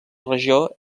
regió